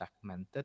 segmented